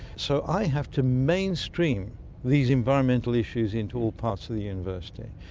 so i have to mainstream these environmental issues into all parts of the university.